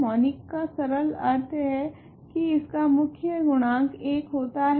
monic का सरल अर्थ है की इसका मुख्य गुणांक 1 होता है